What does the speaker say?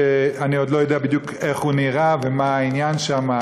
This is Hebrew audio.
ואני עוד לא יודע בדיוק איך הוא נראה ומה העניין שם.